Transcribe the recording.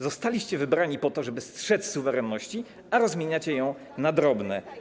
Zostaliście wybrani po to, żeby strzec suwerenności, a rozmieniacie ją na drobne.